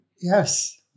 Yes